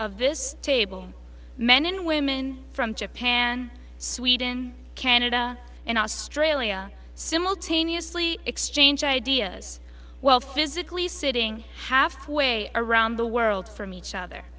of this table men and women from japan sweden canada and australia simle taney asli exchange ideas well physically sitting halfway around the world from each other